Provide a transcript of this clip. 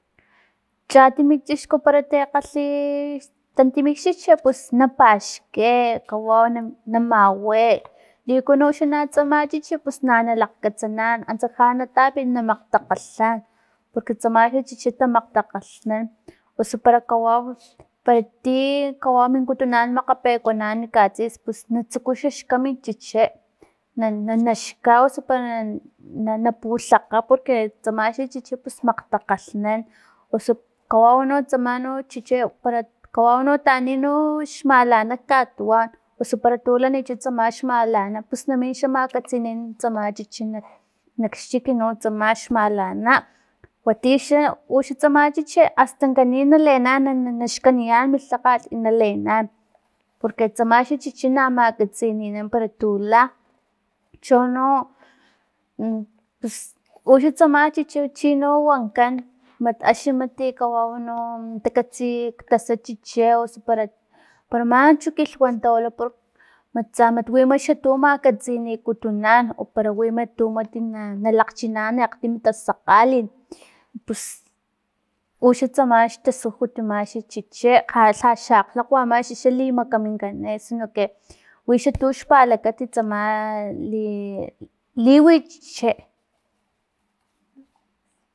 Chatimi chixku para ti kgalhi tantimi xchichi pus na paxki kawaw nam- na mawi liuku naxa chichi pus na nalakgkatsanan antsa ja natapin na makgtakgalhan porque tsamalhi chichi tamakgtakgalhnan osu para kawau ti kawau minkutunan makgapekutunan katsis pus na tsuku xa xkay min chichi na- na- naxka osu para na- na putlakga porque tsama xa chichi pus maktakgalnan osu kawaw no tsama no chichi pero cawaw no taani no xmalana katuwan osu para tu lanichats tsama xmalana pus namin xa makatsininan tsama chichi nak xchiki no uxa tsama xmalana wa ti xa uxa tsaman chichi astan kanin na leenan na- na- na xkaniyani mi lhagkay y na leenan porque tsama xa chichi na makatsininan pero tu la, cho no pus uxa tsaman chichi chino wankan mat axni mat kawaw no takatsi tasan chichi osu para para manchu kilhwantawila por mat tsa wi tu makatsikutunan o para wi tu mat tu na katskutunan o para wi tu mat tu na lakgchinan akgtim tasakgalit pus uxan tsamalh xtaskujut max chichi- chi lhaxa aklakgwa max xa li makaminkani sino que wixa tuxpalakat tsamalhi li- liwi chichi.